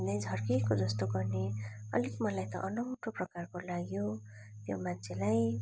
भन्दै झर्केको जस्तो गर्ने अलिक मलाई त अनौठो प्रकारको लाग्यो त्यो मान्छेलाई